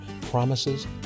promises